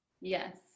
Yes